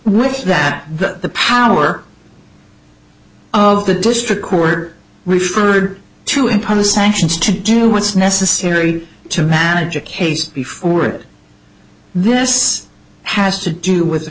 with that the power of the district court referred to impose sanctions to do what's necessary to manage a case before it this has to do with